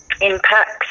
Impacts